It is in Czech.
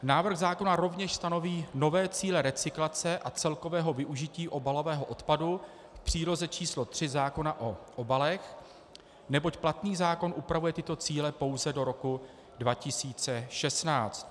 Návrh zákona rovněž stanoví nové cíle recyklace a celkového využití obalového odpadu v příloze č. 3 zákona o obalech, neboť platný zákon upravuje tyto cíle pouze do roku 2016.